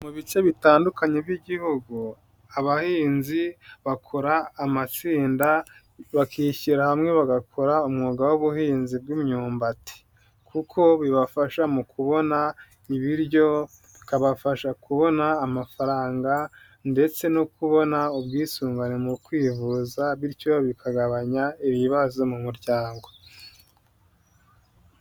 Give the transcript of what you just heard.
Mu bice bitandukanye by'igihugu abahinzi bakora amatsinda bakishyira hamwe bagakora umwuga w'ubuhinzi bw'imyumbati kuko bibafasha mu kubona ibiryo, bikabafasha kubona amafaranga ndetse no kubona ubwisungane mu kwivuza bityo bikagabanya ibibazo mu muryango.